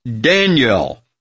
Daniel